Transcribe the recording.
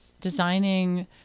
designing